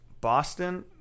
Boston